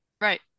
Right